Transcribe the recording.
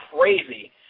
crazy